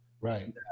right